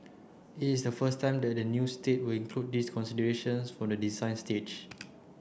it is the first time that a new estate will include these considerations for the design stage